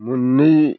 मोननै